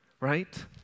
right